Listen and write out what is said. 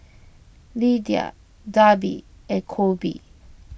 Lidia Darby and Coby